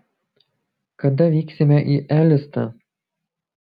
kada vyksime į elistą